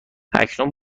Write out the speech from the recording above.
اکنون